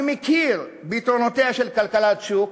אני מכיר ביתרונותיה של כלכלת שוק,